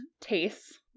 tastes